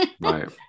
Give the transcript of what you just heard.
Right